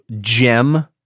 gem